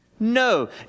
No